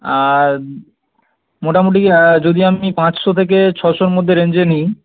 আর মোটামুটি যদি আমি পাঁচশো থেকে ছশোর মধ্যে রেঞ্জে নিই